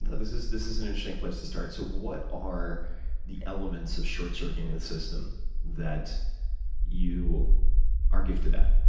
this is this is an interesting place to start. so what are the elements of short circuiting the system that you are gifted at?